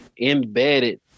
embedded